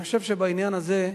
בעניין הזה,